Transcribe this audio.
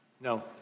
No